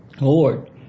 Lord